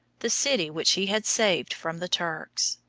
the city which he had saved from the turks.